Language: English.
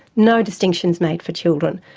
no distinctions made for children.